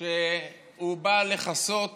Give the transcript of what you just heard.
שהוא בא לכסות